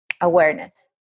awareness